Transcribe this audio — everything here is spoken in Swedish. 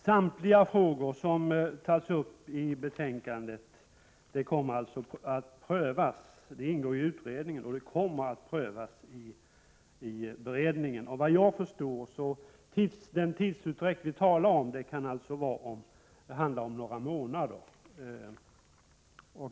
Samtliga frågor som tas upp i betänkandet ingår i utredningen och kommer att prövas i beredningen. Efter vad jag kan förstå kan den tidsutdräkt som det talas om handla om några månader.